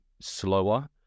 slower